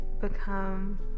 become